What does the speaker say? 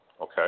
Okay